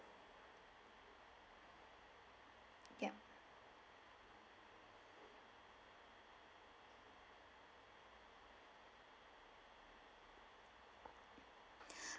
yup